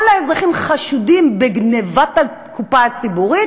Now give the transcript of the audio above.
כל האזרחים חשודים בגנבת הקופה הציבורית,